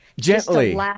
Gently